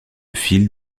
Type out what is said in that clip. file